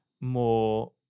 more